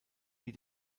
die